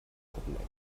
puppenecke